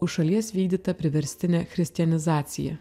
už šalies vykdytą priverstinę christianizaciją